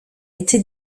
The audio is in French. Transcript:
été